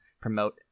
promote